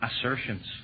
assertions